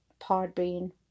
Podbean